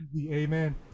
amen